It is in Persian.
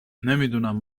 نمیدونم